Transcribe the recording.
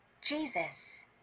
Jesus